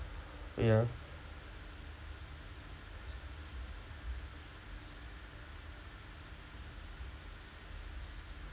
ya